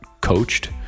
coached